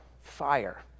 fire